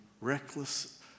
reckless